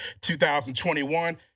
2021